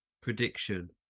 prediction